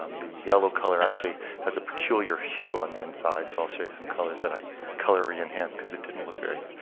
um the yellow color actually has a peculiar hue on the inside, so i'll show you some colors that i color re-enhanced because it didn't look very